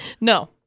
No